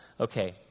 Okay